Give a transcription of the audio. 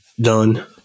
done